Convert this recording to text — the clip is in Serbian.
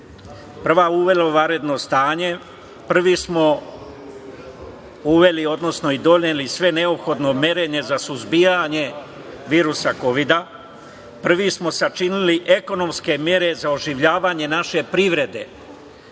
prva uvela vanredno stanje, prvi smo uveli, odnosno i doneli svo neophodno merenje za suzbijanje virusa Kovida, prvi smo sačinili ekonomske mere za oživljavanje naše privrede.